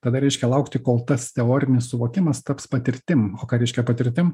tada reiškia laukti kol tas teorinis suvokimas taps patirtim o ką reiškia patirtim